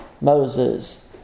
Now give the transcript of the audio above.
Moses